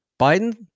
Biden